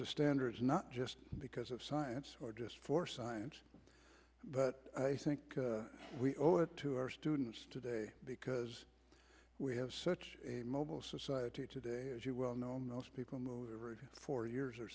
to standards not just because of science or just for science but i think we owe it to our students today because we have such a mobile society today as you well know most people move every four years or